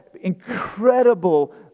incredible